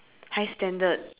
high standard